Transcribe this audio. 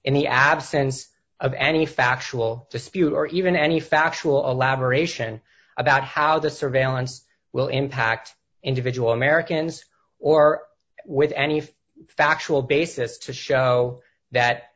in the absence of any factual dispute or even any factual elaboration about how the surveillance will impact individual americans or with any factual basis to show that